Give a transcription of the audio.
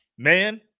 Man